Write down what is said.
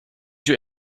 you